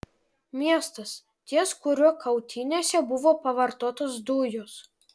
miestas ties kuriuo kautynėse buvo pavartotos dujos